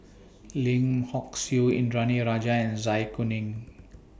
Lim Hock Siew Indranee Rajah and Zai Kuning